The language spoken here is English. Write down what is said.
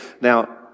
Now